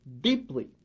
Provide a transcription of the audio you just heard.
deeply